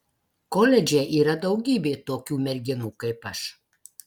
koledže yra daugybė tokių merginų kaip aš